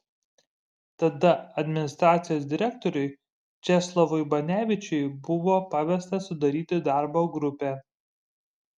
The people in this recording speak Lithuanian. tada administracijos direktoriui česlovui banevičiui buvo pavesta sudaryti darbo grupę